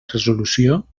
resolució